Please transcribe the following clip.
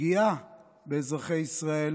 הפגיעה באזרחי ישראל